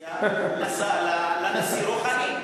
אופוזיציה לנשיא רוחאני.